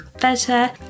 better